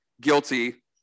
guilty